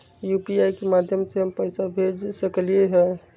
UPI के माध्यम से हम पैसा भेज सकलियै ह?